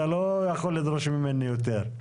אתה לא יכול לדרוש ממני יותר.